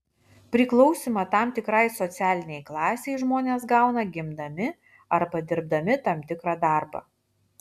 priklausymą tam tikrai socialinei klasei žmonės gauna gimdami arba dirbdami tam tikrą darbą